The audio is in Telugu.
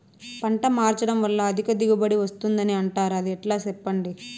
పంట మార్చడం వల్ల అధిక దిగుబడి వస్తుందని అంటారు అది ఎట్లా సెప్పండి